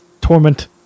torment